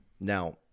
Now